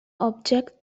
object